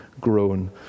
grown